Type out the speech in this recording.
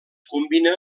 combina